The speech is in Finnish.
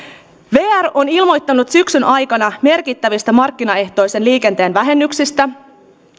vr on ilmoittanut syksyn aikana merkittävistä markkinaehtoisen liikenteen vähennyksistä